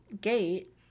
gate